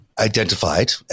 Identified